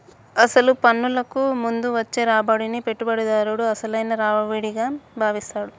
అసలు పన్నులకు ముందు వచ్చే రాబడిని పెట్టుబడిదారుడు అసలైన రావిడిగా భావిస్తాడు